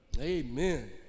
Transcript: amen